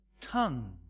tongue